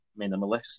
minimalist